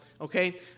Okay